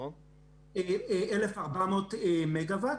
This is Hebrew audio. דובר על 1,400 מגה-וואט.